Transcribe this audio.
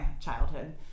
childhood